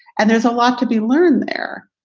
and there's a lot to be learned there